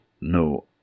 No